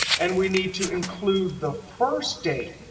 and we need to include the first date,